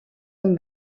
amb